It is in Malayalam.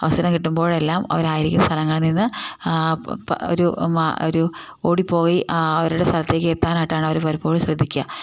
അവസരം കിട്ടുമ്പോഴെല്ലാം അവർ ആയിരിക്കും സ്ഥലങ്ങളിൽ നിന്ന് ഒരു ഓടിപ്പോയി ആ അവരുടെ സ്ഥലത്തേക്ക് എത്താനായിട്ടാണ് അവർ പലപ്പോഴും ശ്രദ്ധിക്കുക